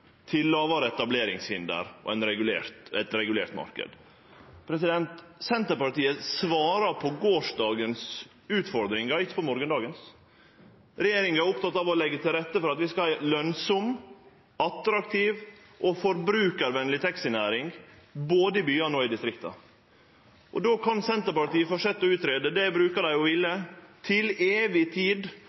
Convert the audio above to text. etableringshinder og ein regulert marknad. Senterpartiet svarar på gårsdagens utfordringar, ikkje på morgondagens. Regjeringa er oppteken av å leggje til rette for at vi skal ha ei lønnsam, attraktiv og forbrukarvenleg taxinæring både i byane og i distrikta. Då kan Senterpartiet fortsetje med å greie ut – det brukar dei å ville – til evig tid,